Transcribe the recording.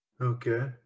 Okay